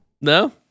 no